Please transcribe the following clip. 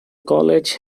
college